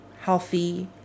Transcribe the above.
healthy